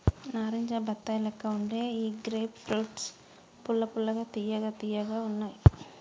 నారింజ బత్తాయి లెక్క వుండే ఈ గ్రేప్ ఫ్రూట్స్ పుల్ల పుల్లగా తియ్య తియ్యగా బాగున్నాయ్